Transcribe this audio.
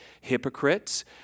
hypocrites